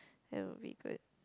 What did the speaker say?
that will be good